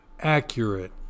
accurate